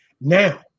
Now